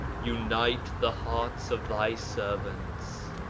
unite the hearts of thy servants,